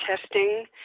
testing